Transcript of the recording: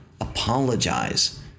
Apologize